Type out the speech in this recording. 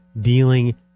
dealing